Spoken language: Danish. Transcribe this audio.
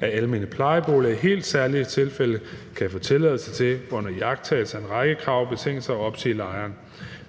af almene plejeboliger i helt særlige tilfælde kan få tilladelse til under iagttagelse af en række krav og betingelser at opsige lejeren.